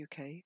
UK